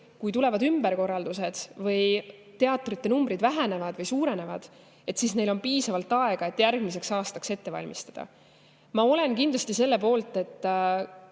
kui tulevad ümberkorraldused või teatrite [raha]numbrid vähenevad või suurenevad, siis neil on piisavalt aega, et järgmiseks aastaks ette valmistada. Ma olen kindlasti selle poolt, et